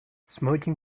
smoking